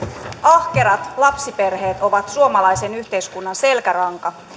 ahkerat lapsiperheet ovat suomalaisen yhteiskunnan selkäranka